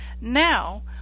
Now